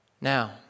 Now